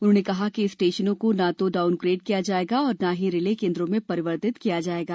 उन्होंने कहा कि स्टेशनों को न तो डाउनग्रेड ग्रेड किया जाएगा और न ही रिले केंद्रों में परिवर्तित किया जाएगा